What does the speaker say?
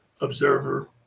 observer